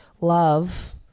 love